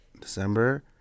December